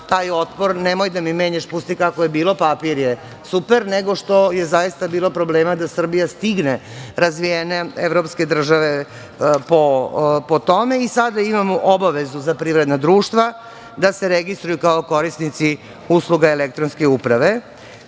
taj otpor – nemoj da mi menjaš, pusti kako je bilo, papir je super, nego što je zaista bilo problema da Srbija stigne razvijene evropske države po tome. Sada imamo obavezu za privredne društva da se registruju kao korisnici usluga elektronske uprave. Sledeća